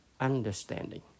understanding